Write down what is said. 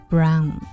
Brown